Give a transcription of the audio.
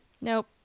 Nope